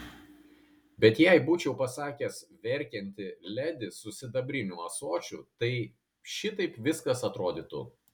bet jei būčiau pasakęs verkianti ledi su sidabriniu ąsočiu tai šitaip viskas atrodytų